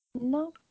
No